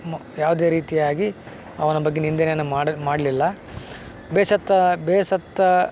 ಮ ಯಾವುದೇ ರೀತಿಯಾಗಿ ಅವನ ಬಗ್ಗೆ ನಿಂದನೆಯನ್ನು ಮಾಡಿ ಮಾಡಲಿಲ್ಲ ಬೇಸತ್ತು ಬೇಸತ್ತು